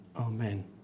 Amen